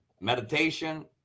Meditation